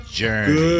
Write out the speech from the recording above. journey